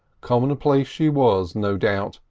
commonplace she was, no doubt,